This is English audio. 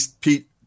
Pete